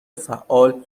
فعال